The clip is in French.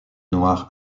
noire